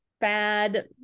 bad